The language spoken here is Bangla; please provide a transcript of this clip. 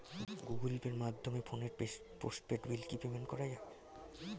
গুগোল পের মাধ্যমে ফোনের পোষ্টপেইড বিল কি পেমেন্ট করা যায়?